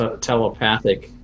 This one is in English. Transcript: telepathic